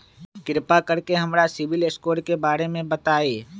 कृपा कर के हमरा सिबिल स्कोर के बारे में बताई?